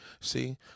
See